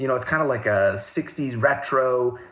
you know it's kind of like a sixty s retro,